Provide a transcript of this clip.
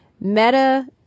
Meta